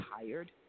Tired